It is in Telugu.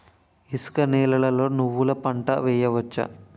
ఇసుక నేలలో నువ్వుల పంట వేయవచ్చా?